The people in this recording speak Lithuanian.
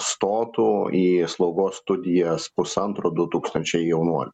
stotų į slaugos studijas pusantro du tūkstančiai jaunuolių